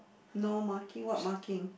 no marking what marking